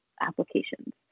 Applications